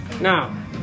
Now